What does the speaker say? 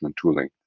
tooling